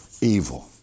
evil